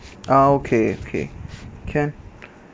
ah okay okay can